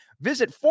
Visit